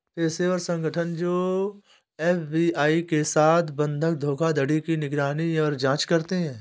पेशेवर संगठन जो एफ.बी.आई के साथ बंधक धोखाधड़ी की निगरानी और जांच करते हैं